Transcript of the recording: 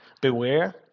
Beware